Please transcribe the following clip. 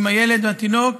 עם הילד התינוק.